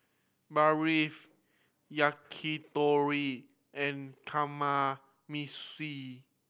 Barfi Yakitori and Kamameshi